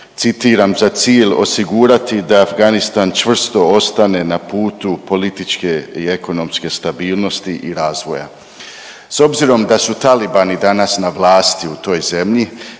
citiram, za cilj osigurati da Afganistan čvrsto ostane na putu političke i ekonomske stabilnosti i razvoja. S obzirom da su talibani danas na vlasti u toj zemlji